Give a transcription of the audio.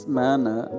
manner